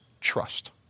trust